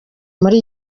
muri